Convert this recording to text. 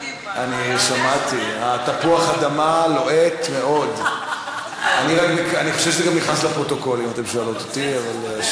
הכנסת, 19 היו בעד, ולכן אני קובע שההצעה נפלה ולא